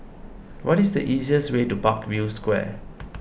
what is the easiest way to Parkview Square